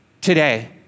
today